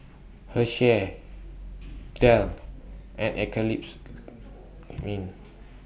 Hersheys Dell and Eclipse Mints